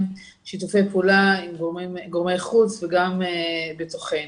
שיתופי פעולה עם גורמי חוץ וגם בתוכנו.